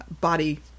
body